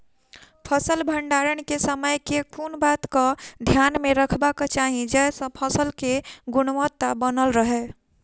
फसल भण्डारण केँ समय केँ कुन बात कऽ ध्यान मे रखबाक चाहि जयसँ फसल केँ गुणवता बनल रहै?